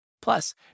Plus